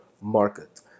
market